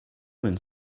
went